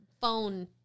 phone